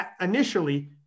Initially